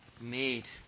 made